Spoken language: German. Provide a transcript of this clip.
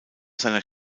seiner